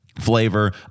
flavor